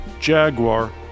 Jaguar